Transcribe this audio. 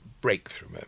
breakthrough